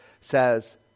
says